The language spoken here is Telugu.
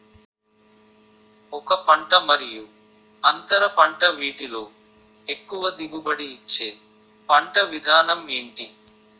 ఒక పంట మరియు అంతర పంట వీటిలో ఎక్కువ దిగుబడి ఇచ్చే పంట విధానం ఏంటి?